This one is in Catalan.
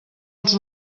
els